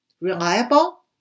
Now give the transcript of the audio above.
Reliable